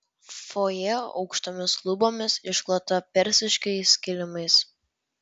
fojė aukštomis lubomis išklota persiškais kilimais